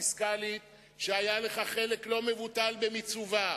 הפיסקלית שהיה לך חלק לא מבוטל במיצובה.